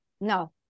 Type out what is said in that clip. No